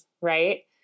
right